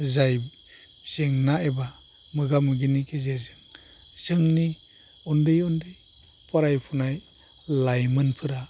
जाय जेंना एबा मोगा मोगिनि गेजेरजों जोंनि उन्दै उन्दै फरायबोनाय लाइमोनफोरा